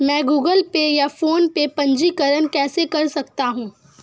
मैं Google Pay या PhonePe में पंजीकरण कैसे कर सकता हूँ?